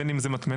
בין אם זאת מטמנה,